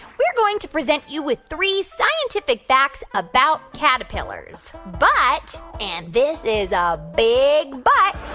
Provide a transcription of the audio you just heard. we're going to present you with three scientific facts about caterpillars. but and this is a big but.